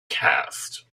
cast